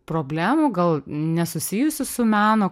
problemų gal nesusijusių su meno